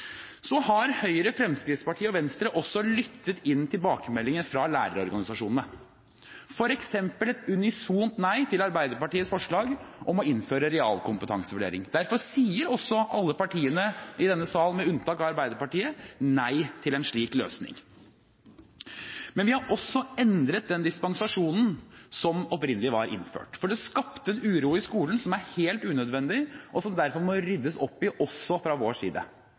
Høyre, Fremskrittspartiet og Venstre har lyttet til tilbakemeldinger fra lærerorganisasjonene, f.eks. et unisont nei til Arbeiderpartiets forslag om å innføre realkompetansevurdering. Derfor sier også alle partiene i denne sal, med unntak av Arbeiderpartiet, nei til en slik løsning. Men vi har også endret den dispensasjonen som opprinnelig var innført, for det skapte en uro i skolen som er helt unødvendig, og som det derfor må ryddes opp i også fra vår side.